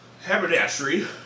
haberdashery